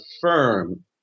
firm